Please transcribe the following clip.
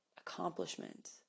accomplishment